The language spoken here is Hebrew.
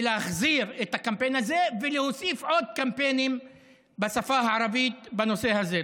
להחזיר את הקמפיין הזה ולהוסיף עוד קמפיינים בשפה הערבית בנושא הזה.